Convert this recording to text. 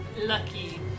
Lucky